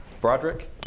broderick